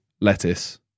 Lettuce